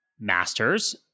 Masters